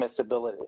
transmissibility